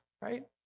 right